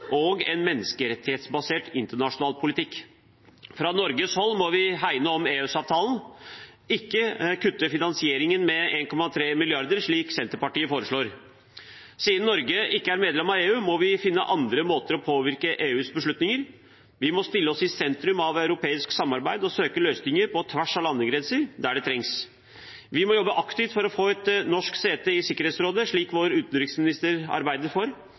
og en menneskerettighetsbasert internasjonal politikk. Fra Norges hold må vi hegne om EØS-avtalen – ikke kutte finansieringen med 1,3 mrd. kr, slik Senterpartiet foreslår. Siden Norge ikke er medlem av EU, må vi finne andre måter å påvirke EUs beslutninger på. Vi må stille oss i sentrum av europeisk samarbeid og søke løsninger på tvers av landegrenser der det trengs. Vi må jobbe aktivt for å få et norsk sete i Sikkerhetsrådet, slik vår utenriksminister arbeider for.